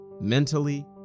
mentally